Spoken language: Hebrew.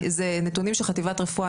זה נתונים של חטיבת רפואה,